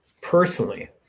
personally